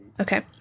Okay